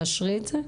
את מאשרת?